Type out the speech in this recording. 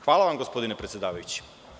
Hvala vam, gospodine predsedavajući.